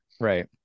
right